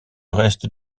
reste